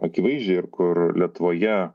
akivaizdžiai ir kur lietuvoje